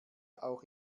auch